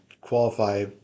qualify